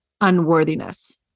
unworthiness